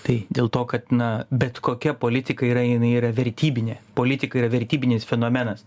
tai dėl to kad na bet kokia politika yra jinai yra vertybinė politika yra vertybinis fenomenas